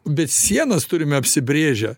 bet sienas turime apsibrėžę